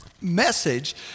message